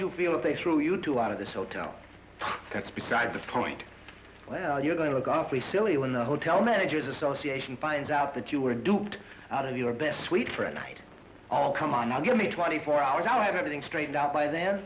you feel if they threw you two out of this hotel that's beside the point you're going to look awfully silly when the hotel managers association finds out that you were duped out of your best suite for a night all come on now give me twenty four hours out of everything straightened out by then